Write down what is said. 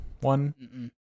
one